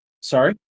Sorry